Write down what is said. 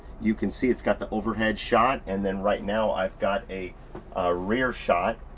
you can see it's got the overhead shot. and then right now i've got a rear shot.